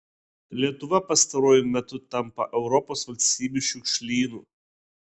lietuva pastaruoju metu tampa europos valstybių šiukšlynu